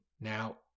Now